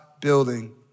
building